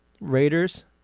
Raiders